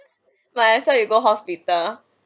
might as well you go hospital